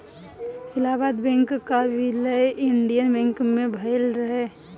Allahabad bank कअ विलय Indian bank मे भयल रहे